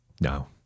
No